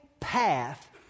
path